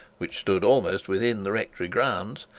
which stood almost within the rectory grounds,